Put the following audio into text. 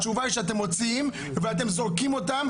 התשובה היא שאתם מוציאים ואתם זורקים אותן